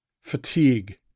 fatigue